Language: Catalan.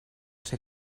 ser